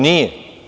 Nije.